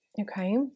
Okay